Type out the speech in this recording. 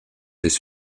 his